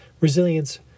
resilience